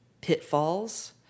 pitfalls